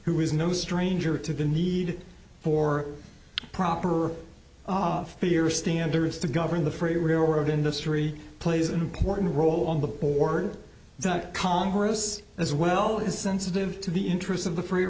who is no stranger to the need for proper or fear stand there is to govern the freight railroad industry plays an important role on the board that congress as well is sensitive to the interests of the free